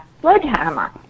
sledgehammer